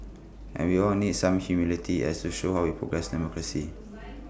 and we all need some humility as show how we progress democracy